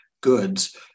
goods